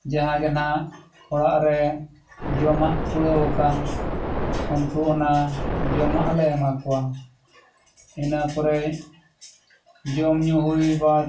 ᱡᱟᱦᱟᱸ ᱜᱮ ᱱᱟᱜ ᱚᱲᱟᱜ ᱨᱮ ᱡᱚᱢᱟᱜ ᱠᱩᱲᱟᱹᱣ ᱟᱠᱟᱱ ᱩᱱᱠᱩ ᱚᱱᱟ ᱡᱚᱢᱟᱜ ᱞᱮ ᱮᱢᱟ ᱠᱚᱣᱟ ᱤᱱᱟᱹ ᱯᱚᱨᱮ ᱡᱚᱢᱼᱧᱩ ᱦᱩᱭ ᱵᱟᱫᱽ